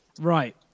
Right